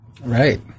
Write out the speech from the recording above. Right